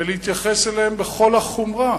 ולהתייחס אליהם בכל החומרה.